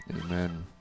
Amen